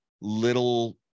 little